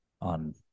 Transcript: on